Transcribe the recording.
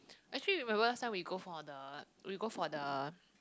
actually remember last time we go for the we go for the